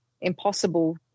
impossible